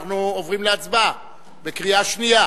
אנחנו עוברים להצבעה בקריאה שנייה